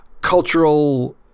cultural